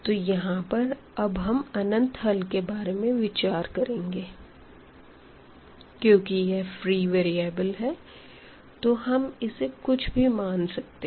तो यहां पर अब हम अनंत हल के बारे में विचार करेंगे क्योंकि यह फ्री वेरिएबल है तो हम इसे कुछ भी मान सकते हैं